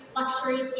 luxury